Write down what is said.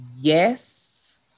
yes